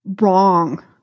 wrong